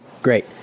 Great